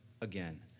again